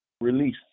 Release